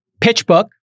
PitchBook